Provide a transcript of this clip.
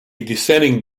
dissenting